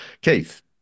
Keith